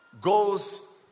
goes